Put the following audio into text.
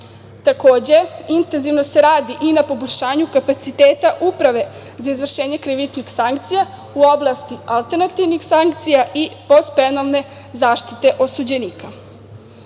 građana. Takođe, intenzivno se radi i na poboljšanju kapaciteta Uprave za izvršenje krivičnih sankcija u oblasti alternativnih sankcija i postpenalne zaštite osuđenika. Penalni